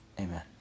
Amen